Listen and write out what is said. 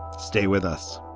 stay with us